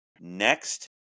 next